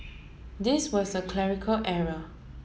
this was a clerical error